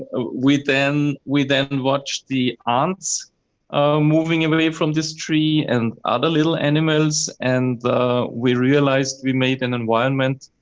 ah we then we then watched the ants moving um away from this tree and other little animals. and we realized we made an environment